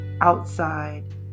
outside